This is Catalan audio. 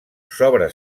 sobre